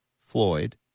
Floyd